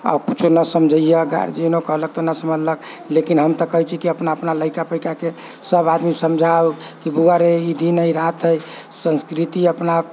आ किछो न समझैए गार्जियनो कहलक तऽ नहि समझलक लेकिन हम तऽ कहैत छी अपना अपना लैका पैकाके सभ आदमी समझाउ कि बौआ रे ई दिन हइ ई रात हइ संस्कृति अपना